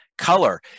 color